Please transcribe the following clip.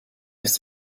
ist